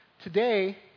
Today